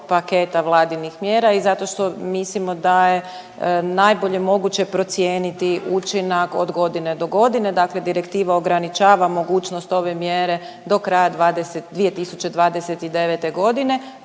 paketa vladinih mjera i zato što mislimo da je najbolje moguće procijeniti učinak od godine do godine, dakle direktiva ograničava mogućnost ove mjere do kraja 2029. g.